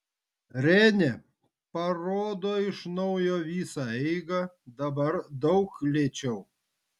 renė parodo iš naujo visą eigą dabar daug lėčiau